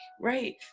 right